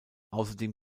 außerdem